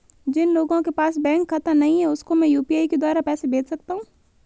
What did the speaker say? जिन लोगों के पास बैंक खाता नहीं है उसको मैं यू.पी.आई के द्वारा पैसे भेज सकता हूं?